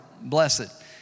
Blessed